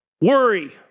worry